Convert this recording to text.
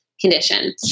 condition